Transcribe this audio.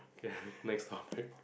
ya next topic